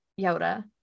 Yoda